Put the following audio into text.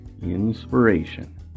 INSPIRATION